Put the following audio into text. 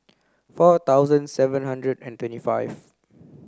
four thousand seven hundred and twenty five